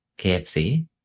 KFC